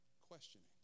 Questioning